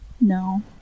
No